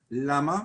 למה?